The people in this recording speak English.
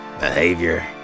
behavior